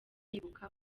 yibuka